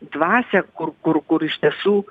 dvasią kur kur kur iš tiesų